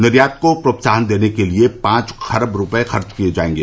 निर्यात को प्रोत्साहन देने के लिए पांच खरब रुपए खर्च किए जाएगे